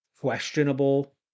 questionable